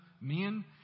men